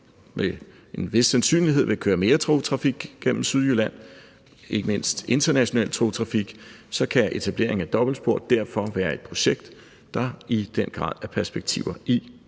med en vis sandsynlighed vil køre mere togtrafik igennem Sydjylland, ikke mindst international togtrafik, så kan etableringen af et dobbeltspor derfor være et projekt, der i den grad er perspektiver i.